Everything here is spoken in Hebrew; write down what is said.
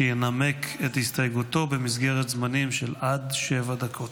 שינמק את הסתייגותו במסגרת זמנים של עד שבע דקות.